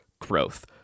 growth